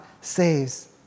saves